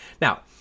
Now